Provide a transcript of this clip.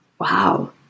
wow